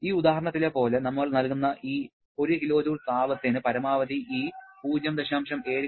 ഈ ഉദാഹരണത്തിലെ പോലെ നമ്മൾ നൽകുന്ന ഈ 1 kJ താപത്തിന് പരമാവധി ഈ 0